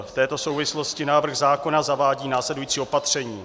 V této souvislosti návrh zákona zavádí následující opatření: